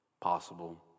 possible